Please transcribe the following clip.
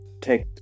take